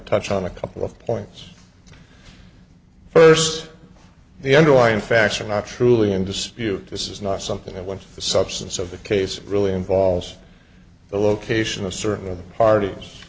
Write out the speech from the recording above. touch on a couple of points first the underlying facts are not truly in dispute this is not something that what the substance of the case really involves the location of certain parties